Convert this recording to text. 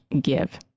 give